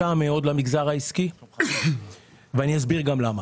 מאוד למגזר העסקי ואני גם אסביר למה.